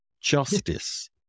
Justice